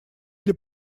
для